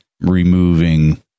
removing